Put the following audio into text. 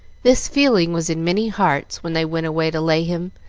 this feeling was in many hearts when they went away to lay him,